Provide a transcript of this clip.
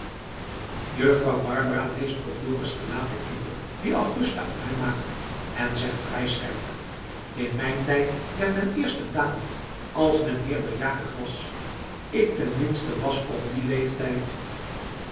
juffrouw barbara leest op dorus gelaat den indruk dien augusta op hem maakt en zegt vrij scherp in mijn tijd werd men eerst een dame als men meerderjarig was ik ten minste was op dien leeftijd